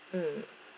mm